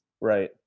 right